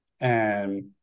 and-